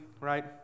right